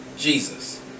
Jesus